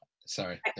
Sorry